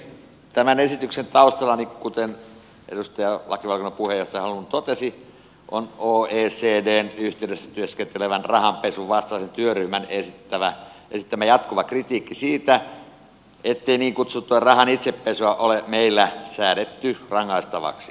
tämän esityksen taustalla kuten edustaja lakivaliokunnan puheenjohtaja holmlund totesi on oecdn yhteydessä työskentelevän rahanpesun vastaisen työryhmän esittämä jatkuva kritiikki siitä ettei niin kutsuttua rahan itsepesua ole meillä säädetty rangaistavaksi